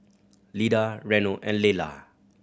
Lida Reno and Lelar